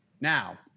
now